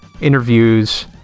interviews